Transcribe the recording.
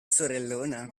sorellona